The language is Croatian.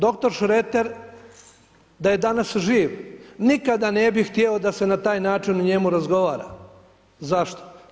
Dr. Šreter da je danas živ, nikada ne bi htio da se na taj način o njemu razgovara, zašto?